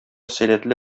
сәләтле